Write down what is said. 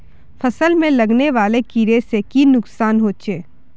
फसल में लगने वाले कीड़े से की नुकसान होचे?